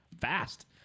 Fast